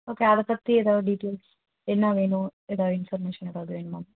okay அதை பற்றி ஏதாவது டீட்டெயில்ஸ் என்ன வேணும் ஏதாவது இன்ஃபர்மேஷன் ஏதாவது வேணுமா